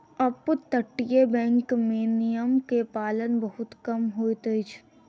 अपतटीय बैंक में नियम के पालन बहुत कम होइत अछि